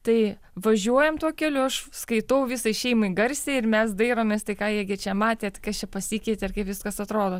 tai važiuojam tuo keliu aš skaitau visai šeimai garsiai ir mes dairomės tai ką jie gi čia matė kas čia pasikeitė ir kaip viskas atrodo